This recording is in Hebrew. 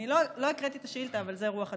לא הקראתי את השאילתה, אבל זו רוח הדברים.